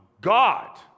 God